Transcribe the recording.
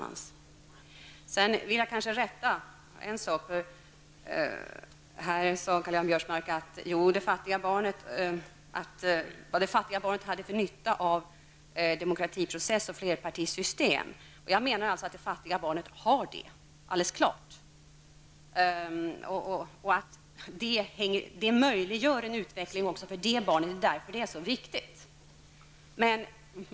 Karl-Göran Biörsmark sade att jag undrade vad det fattiga barnet i Tanzania hade för nytta av demokratiprocess och flerpartisystem. Jag menade alltså att det fattiga barnet har nytta av det, alldeles klart. Det möjliggör en utveckling för det barnet också, och därför är det så viktigt.